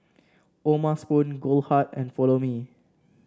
O'ma Spoon Goldheart and Follow Me